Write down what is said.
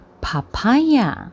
papaya